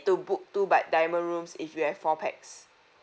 to book two bed diamond rooms if you have four pax